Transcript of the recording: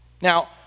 Now